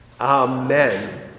Amen